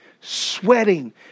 sweating